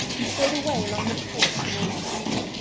he strode away along the cliffs towards bude.